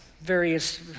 various